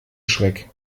schreck